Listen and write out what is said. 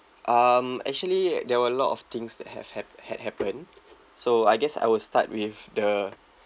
um actually there were a lot of things that have ha~ had happen so I guess I will start with the